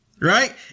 Right